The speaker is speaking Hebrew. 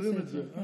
מסדרים את זה?